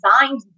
designed